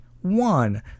one